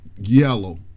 yellow